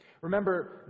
Remember